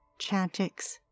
Chantix